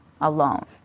alone